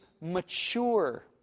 mature